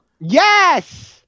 Yes